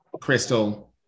Crystal